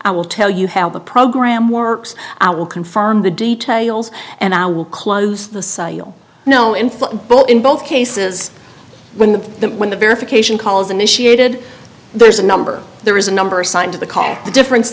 i will tell you how the program works i will confirm the details and i will close the sale no in football in both cases when the when the verification calls initiated there's a number there is a number assigned to the car the difference